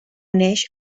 uneix